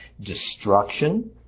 destruction